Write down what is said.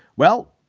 well,